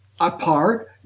apart